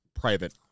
private